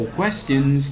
questions